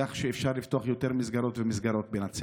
כך אפשר לפתוח יותר מסגרות בנצרת.